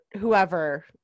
whoever